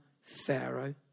Pharaoh